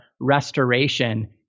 restoration